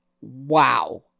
Wow